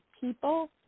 people